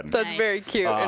that's very cute,